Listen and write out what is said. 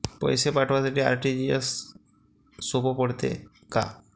पैसे पाठवासाठी आर.टी.जी.एसचं सोप पडते का?